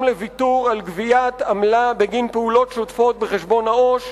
לוויתור על גביית עמלה בגין פעולות שוטפות בחשבון העו"ש,